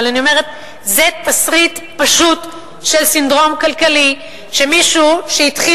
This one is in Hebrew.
אבל אני אומרת שזה תסריט פשוט של סינדרום כלכלי שמישהו שהתחיל